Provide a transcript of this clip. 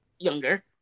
Younger